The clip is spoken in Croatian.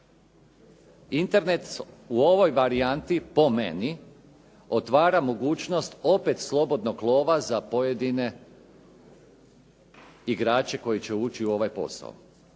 Internet u ovoj varijanti po meni otvara mogućnost opet slobodnog lova za pojedine igrače koji će ući u ovaj posao.